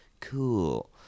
cool